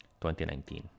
2019